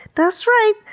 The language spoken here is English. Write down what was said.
that's right!